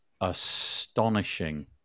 astonishing